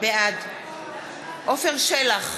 בעד עפר שלח,